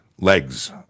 legs